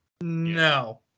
No